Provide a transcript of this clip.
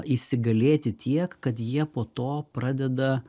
įsigalėti tiek kad jie po to pradeda